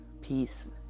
peace